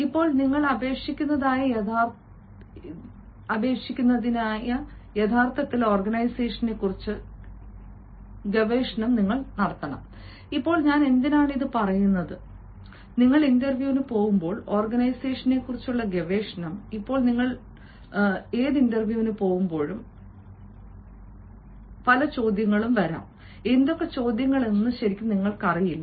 ഇപ്പോൾ നിങ്ങൾ അപേക്ഷിക്കുന്നതിനായ യഥാർത്ഥത്തിൽ ഓർഗനൈസേഷനെക്കുറിച്ച് ഗവേഷണം നടത്തണം ഇപ്പോൾ ഞാൻ എന്തിനാണ് ഇത് പറയുന്നത് നിങ്ങൾ ഇന്റർവ്യൂവിന് പോകുമ്പോൾ ഓർഗനൈസേഷനെക്കുറിച്ചുള്ള ഗവേഷണം ഇപ്പോൾ നിങ്ങൾ ഇന്റർവ്യൂവിന് പോകുമ്പോൾ എന്ത് ചോദ്യം വരും എന്ന് നിങ്ങൾക്കറിയില്ല